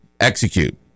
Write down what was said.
execute